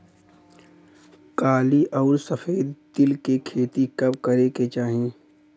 काली अउर सफेद तिल के खेती कब करे के चाही?